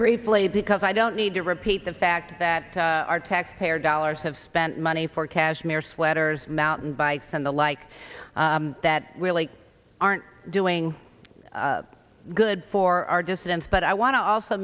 briefly because i don't need to repeat the fact that our taxpayer dollars have spent money for cashmere sweaters mountain bikes and the like that really aren't doing good for our dissidents but i want to also